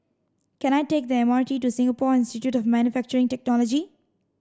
can I take the M R T to Singapore Institute of Manufacturing Technology